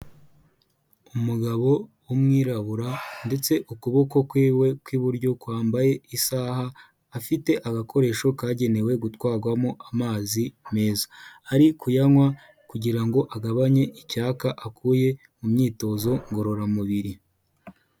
Umugabo w'umwirabura ndetse ukuboko kwiwe kw'iburyo kwambaye isaha, afite agakoresho kagenewe gutwarwamo amazi meza, ari kuyanywa kugira ngo agabanye icyaka akuye mu myitozo ngororamubiri.